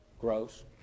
Gross